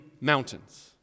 mountains